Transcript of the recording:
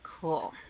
Cool